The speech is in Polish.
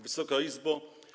Wysoka Izbo!